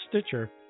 Stitcher